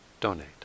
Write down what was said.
donate